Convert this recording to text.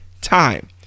time